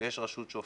ויש רשות שופטת,